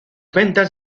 ventas